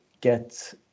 get